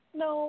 no